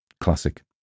Classic